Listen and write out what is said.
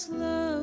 love